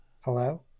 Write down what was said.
Hello